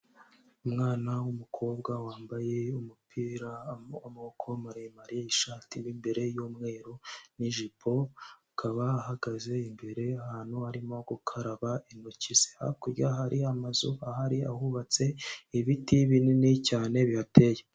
Umwana w'umukobwa wambaye umupira w'amoboko maremare, ishati mo imbere y'umweru n'ijipo, akaba ahagaze imbere ahantu arimo gukaraba intoki ze, hakurya hari amazu ahari ahubatse, ibiti binini cyane bihateye.